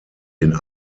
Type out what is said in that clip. den